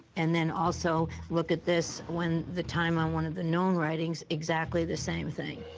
and then also look at this, when the time on one of the known writings exactly the same thing.